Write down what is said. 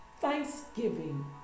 thanksgiving